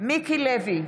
מיקי לוי,